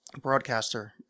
broadcaster